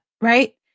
right